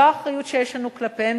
זו האחריות שיש לנו כלפיהם,